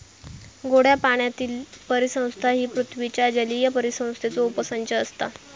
गोड्या पाण्यातीली परिसंस्था ही पृथ्वीच्या जलीय परिसंस्थेचो उपसंच असता